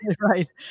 right